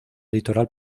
litoral